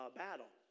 battle